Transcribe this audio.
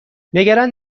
نگران